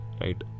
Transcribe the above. right